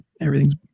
everything's